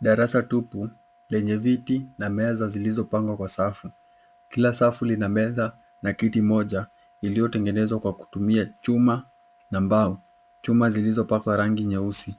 Darasa tupu lenye viti na meza zilizopangwa kwa safu. Kila safu lina meza na kiti moja iliyotengenezwa kwa kutumia chuma na mbao, chuma zilizopakwa rangi nyeusi